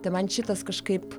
tai man šitas kažkaip